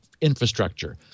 infrastructure